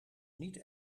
niet